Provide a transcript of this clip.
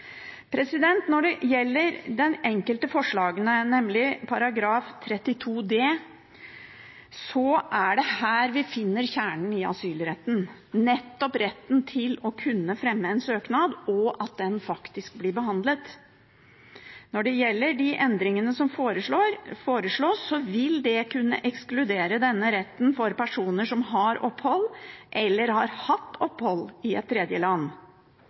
Når det gjelder de enkelte forslagene, er det nettopp i § 32 d vi finner kjernen i asylretten – retten til å fremme en søknad og til at den faktisk blir behandlet. De endringene som foreslås, vil kunne ekskludere denne retten for personer som har eller har hatt opphold i et